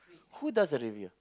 who does the review